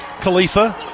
Khalifa